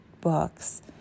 books